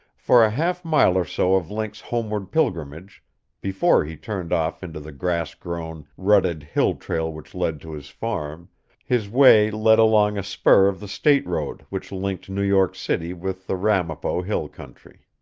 for a half mile or so of link's homeward pilgrimage before he turned off into the grass-grown, rutted hill trail which led to his farm his way led along a spur of the state road which linked new york city with the ramapo hill country.